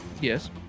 Yes